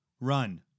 run